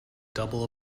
double